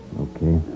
Okay